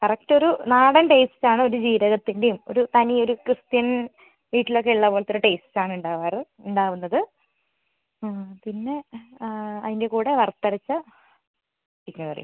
correct ഒരു നാടൻ taste ആണ് ഒരു ജീരകത്തിൻറ്റെയും ഒരു തനി ഒരു ക്രിസ്ത്യൻ വീട്ടിലൊക്കെ ഉള്ള പോലത്തെ ഒരു ടേസ്റ്റാണ് ഉണ്ടാവാറ് ഉണ്ടാവുന്നത് പിന്നെ അതിൻ്റെ കൂടെ വറുത്തരച്ച ചിക്കൻ കറിയും